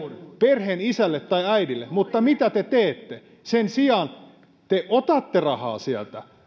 perheenisälle tai äidille mutta mitä te teette sen sijaan te otatte rahaa sieltä